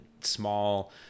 small